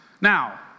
Now